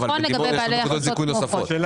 כל נקודת זיכוי כזאת שווה